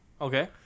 Okay